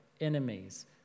enemies